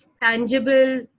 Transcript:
tangible